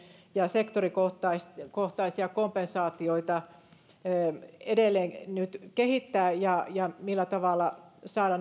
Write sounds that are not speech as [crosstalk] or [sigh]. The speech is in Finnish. ja sektorikohtaisia kompensaatioita edelleen kehittää ja ja millä tavalla saada [unintelligible]